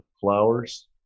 flowers